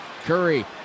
Curry